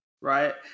right